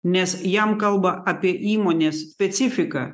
nes jam kalba apie įmonės specifiką